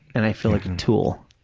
and i feel like a tool.